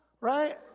right